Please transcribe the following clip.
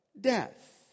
Death